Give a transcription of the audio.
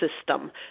system